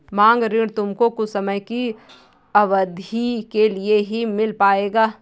मांग ऋण तुमको कुछ समय की अवधी के लिए ही मिल पाएगा